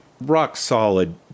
rock-solid